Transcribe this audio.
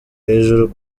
hejuru